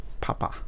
Papa